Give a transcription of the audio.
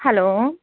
hello